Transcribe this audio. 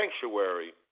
sanctuary